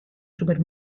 super